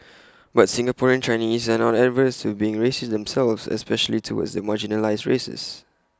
but Singaporean Chinese are not averse to being racist themselves especially towards the marginalised races